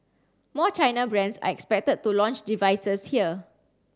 more China brands are expected to launch devices here